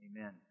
Amen